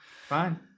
Fine